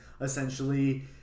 essentially